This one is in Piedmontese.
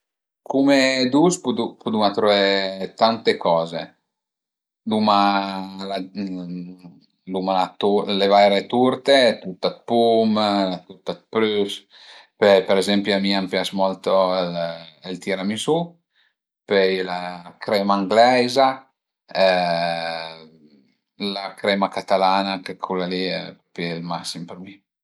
Cume dus puduma puduma truvé tante coze. L'uma le vaire turte, turta d'pum, turta d'prüs, pöi për ezempi a mi a m'pias molto ël tiramisu, pöi la crema angleiza la creama catalana che cula li al e propi ël massim për mi